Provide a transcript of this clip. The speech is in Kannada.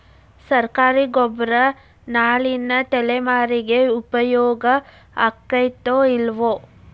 ಸರ್ಕಾರಿ ಗೊಬ್ಬರ ನಾಳಿನ ತಲೆಮಾರಿಗೆ ಉಪಯೋಗ ಆಗತೈತೋ, ಇಲ್ಲೋ?